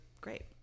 great